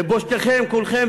לבושתכם כולכם,